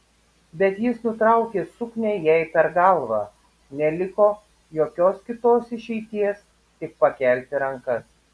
bet jis nutraukė suknią jai per galvą neliko jokios kitos išeities tik pakelti rankas